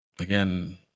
again